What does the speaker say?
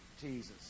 Jesus